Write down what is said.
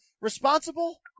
responsible